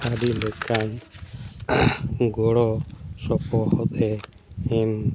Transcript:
ᱟᱹᱰᱤᱞᱮᱠᱟᱱ ᱜᱚᱲᱚ ᱥᱚᱯᱚᱦᱚᱫ ᱮ ᱮᱢ